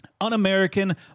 Un-American